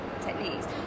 techniques